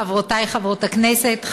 חברותי חברות הכנסת,